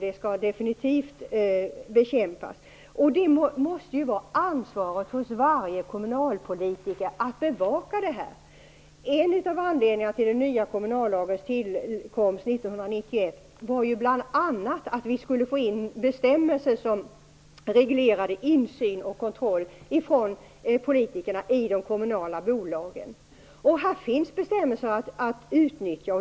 Det skall definitivt bekämpas. Det måste vara varje kommunalpolitikers ansvar att bevaka detta. En av anledningarna till den nya kommunallagens tillkomst år 1991 var bl.a. att vi skulle få in bestämmelser som reglerade politikernas insyn och kontroll i de kommunala bolagen. Här finns bestämmelser att utnyttja.